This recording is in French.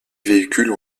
véhicules